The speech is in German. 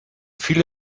viele